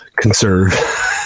conserve